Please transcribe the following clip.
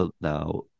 now